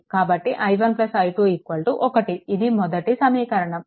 కాబట్టి i1 i2 1 ఇది మొదటి సమీకరణం